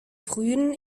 frühen